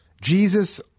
Jesus